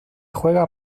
juega